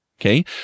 Okay